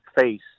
face